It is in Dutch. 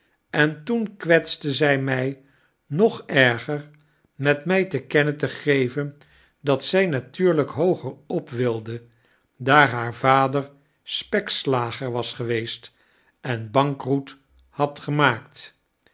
en toen kwetste zy mii nog erger met my te kennen te geven dat zy natuurlyk hoogerop wilde daar haar vader spekslager was geweest en bankroet had gemaakt